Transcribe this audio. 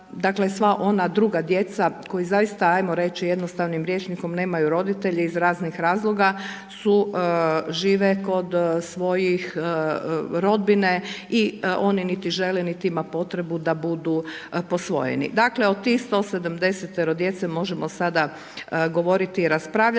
dakle, sva ona druga djeca, koji zaista, ajmo reći jednostavnim rječnikom, nemaju roditelje, iz raznih razloga su, žive kod svojih rodbine i oni niti žele, niti ima potrebu da budu posvojeni. Dakle, od tih 170-ero djece možemo sada govoriti i raspravljati.